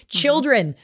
children